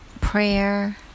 prayer